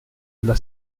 alla